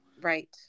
Right